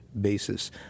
basis